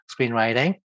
screenwriting